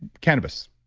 cannabis,